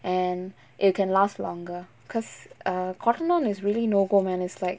and it can last longer because err Cotton On is really no go man is like